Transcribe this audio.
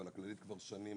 אבל בכללית כבר שנים,